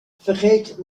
vergeet